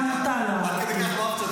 גם אותה לא אהבתי.